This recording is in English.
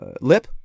lip